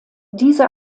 diese